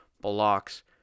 blocks